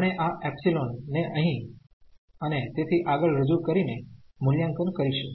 આપણે આ એપ્સીલોન ને અહીં અને તેથી આગળ રજૂ કરીને મૂલ્યાંકન કરીશું